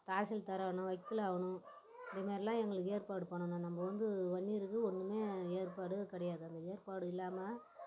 தாசில்தாராகணும் வக்கிலாகணும் இது மாதிரில்லாம் எங்களுக்கு ஏற்பாடு பண்ணணும் நம்ம வந்து ஒன் இயருக்கு ஒன்றுமே ஏற்பாடு கிடையாது அந்த ஏற்பாடு இல்லாமல்